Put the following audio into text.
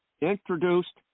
introduced